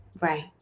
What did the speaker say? Right